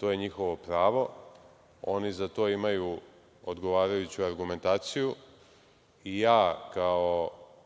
To je njihovo pravo. Oni za to imaju odgovarajuću argumentaciju. Ja, kao